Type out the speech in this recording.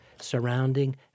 surrounding